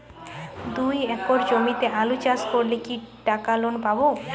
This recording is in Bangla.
দুই একর জমিতে আলু চাষ করলে কি টাকা লোন পাবো?